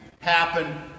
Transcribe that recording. Happen